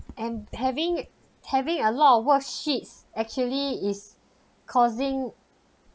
and having having a lot of worksheets actually is causing